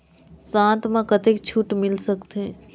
साथ म कतेक छूट मिल सकथे?